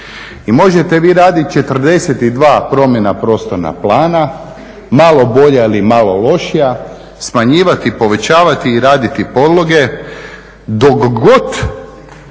I možete vi radit 42 promjene prostornog plana, malo bolja ili malo lošija, smanjivati, povećavati i raditi …, dok god